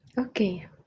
Okay